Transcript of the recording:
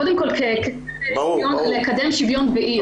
קודם כול לקדם שוויון בעיר.